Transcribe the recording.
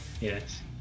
yes